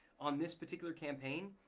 on this particular campaign,